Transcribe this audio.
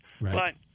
Right